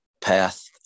path